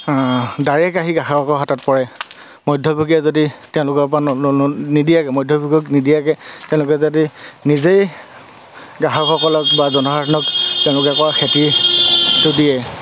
direct আহি গ্ৰাহকসকলৰ হাতত পৰে মধ্যভোগীয়ে যদি তেওঁলোকৰ পৰা নিদিয়াকৈ মধ্যভোগীক নিদিয়াকৈ তেওঁলোকে যদি নিজেই গ্ৰাহকসকলক বা জনসাধাৰণক তেওঁলোকে কৰা খেতিটো দিয়ে